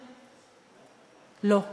לא.